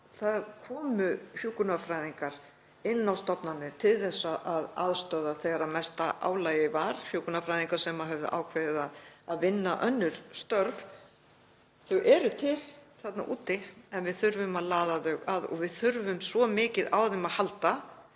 komu hjúkrunarfræðingar inn á stofnanir til að aðstoða þegar mesta álagið var, hjúkrunarfræðingar sem höfðu ákveðið að vinna önnur störf. Þau eru til þarna úti en við þurfum að laða þau að og við þurfum svo mikið á þeim að halda